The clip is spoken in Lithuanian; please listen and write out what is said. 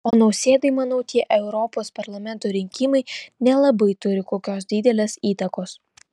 o nausėdai manau tie europos parlamento rinkimai nelabai turi kokios didelės įtakos